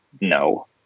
no